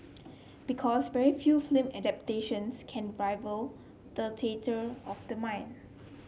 because very few film adaptations can rival the theatre of the mind